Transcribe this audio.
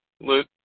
Luke